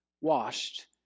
washed